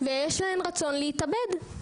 ויש להן רצון להתאבד.